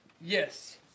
Yes